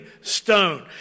stone